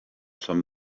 some